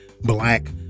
black